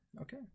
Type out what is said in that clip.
Okay